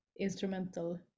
instrumental